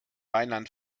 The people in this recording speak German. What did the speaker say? rheinland